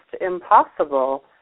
impossible